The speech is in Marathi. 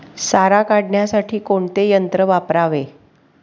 सारा काढण्यासाठी कोणते यंत्र वापरावे?